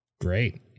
great